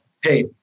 hey